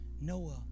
Noah